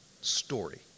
story